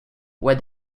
where